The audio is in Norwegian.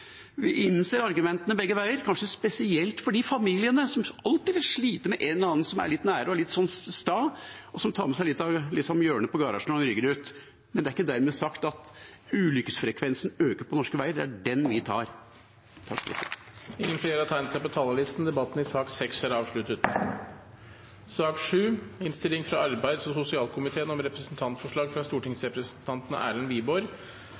Vi innser argumentene begge veier, kanskje spesielt for de familiene som alltid vil slite med en eller annen som er nær og som er litt sta, og som tar med seg litt av hjørnet på garasjen når han rygger ut. Men det er ikke dermed sagt at ulykkesfrekvensen øker på norske veier. Det er den vi tar. Flere har ikke bedt om ordet til sak nr. 6. Etter ønske fra arbeids- og sosialkomiteen